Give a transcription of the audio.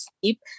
sleep